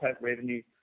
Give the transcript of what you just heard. revenue